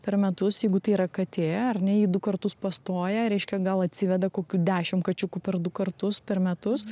per metus jeigu tai yra katė ar ne ji du kartus pastoja reiškia gal atsiveda kokių dešim kačiukų per du kartus per metus